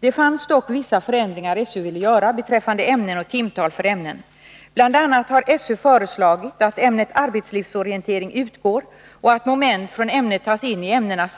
Det fanns dock vissa förändringar som SÖ ville göra beträffande ämnen och timtal för ämnen. Bl. a. har SÖ föreslagit att ämnet arbetslivsorientering utgår och att moment från ämnet tas in i ämnena